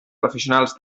professionals